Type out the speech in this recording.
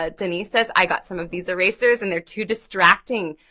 ah denise says i got some of these erasers and they're too distracting,